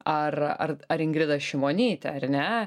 ar ar ingrida šimonytė ar ne